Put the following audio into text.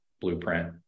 blueprint